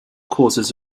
causes